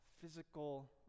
physical